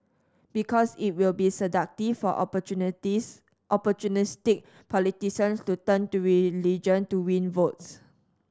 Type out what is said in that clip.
because it will be seductive for opportunities opportunistic politicians to turn to religion to win votes